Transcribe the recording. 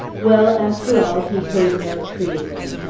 well! after all, he heard no treason.